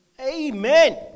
Amen